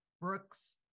Brooks